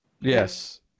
Yes